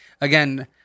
again